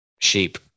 sheep